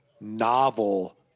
novel